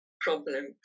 problem